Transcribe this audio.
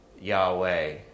Yahweh